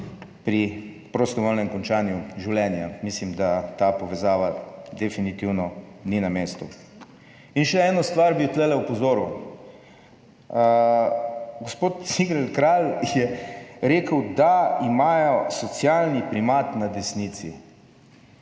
pri prostovoljnem končanju življenja. Mislim, da ta povezava definitivno ni na mestu. In še eno stvar bi tu opozoril. Gospod Cigler Kralj je rekel, da imajo socialni primat na desnici.